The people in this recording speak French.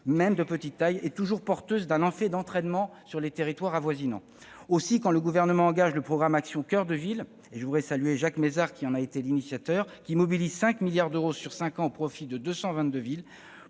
même de petite taille, a toujours un effet d'entraînement sur les territoires avoisinants. Aussi, quand le Gouvernement engage le programme Action coeur de ville- je salue Jacques Mézard, qui en est à l'initiative -en mobilisant 5 milliards d'euros sur cinq ans au profit de deux